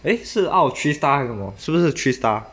eh 是 out of three stars 还是什么是不是 three star